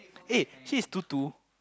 eh she is two two